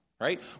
right